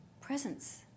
presence